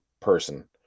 person